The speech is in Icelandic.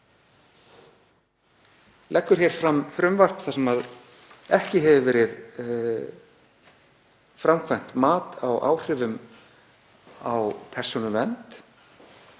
leggur hér fram frumvarp þar sem ekki hefur verið framkvæmt mat á áhrifum á persónuvernd,